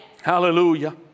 Hallelujah